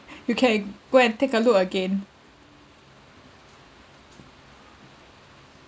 you can go and take a look again